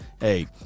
hey